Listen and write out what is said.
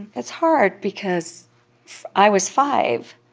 it's hard because i was five.